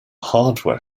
hardware